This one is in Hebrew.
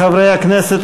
חברי הכנסת,